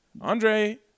Andre